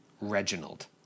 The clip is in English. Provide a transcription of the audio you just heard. Reginald